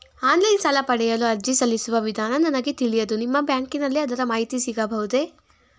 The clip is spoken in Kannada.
ಆನ್ಲೈನ್ ಸಾಲ ಪಡೆಯಲು ಅರ್ಜಿ ಸಲ್ಲಿಸುವ ವಿಧಾನ ನನಗೆ ತಿಳಿಯದು ನಿಮ್ಮ ಬ್ಯಾಂಕಿನಲ್ಲಿ ಅದರ ಮಾಹಿತಿ ಸಿಗಬಹುದೇ?